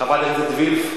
חברת הכנסת וילף?